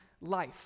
life